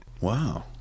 Wow